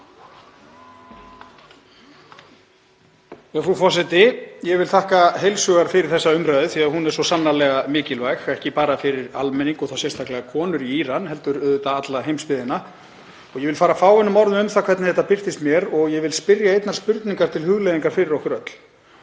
Frú forseti. Ég vil þakka heils hugar fyrir þessa umræðu því að hún er svo sannarlega mikilvæg, ekki bara fyrir almenning og þá sérstaklega konur í Íran heldur alla heimsbyggðina. Ég vil fara fáeinum orðum um það hvernig þetta birtist mér og ég vil spyrja einnar spurningar til hugleiðingar fyrir okkur öll: